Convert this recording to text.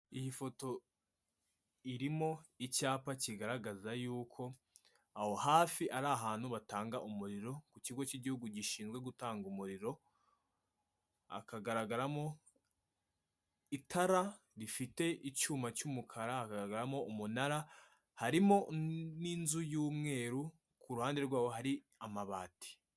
Iyi foto irimo icyapa kigaragaza y'uko aho hafi ari ahantu batanga umuriro, ku kigo cy'igihugu gishinzwe gutanga umuriro, hakagaragara mo itara rifite icyuma cy'umukara, hakagaragara mo umunara, harimo n'inzu y'umweru ku ruhande rwawo hari amabati.